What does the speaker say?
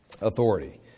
authority